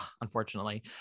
unfortunately